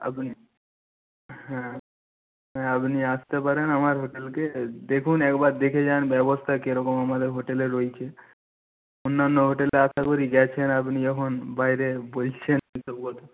আপনি হ্যাঁ হ্যাঁ আপনি আসতে পারেন আমার হোটেলকে দেখুন একবার দেখে যান ব্যবস্থা কীরকম আমাদের হোটেলে রয়েছে অন্যান্য হোটেলে আশা করি গিয়েছেন আপনি যখন বাইরে বলছেন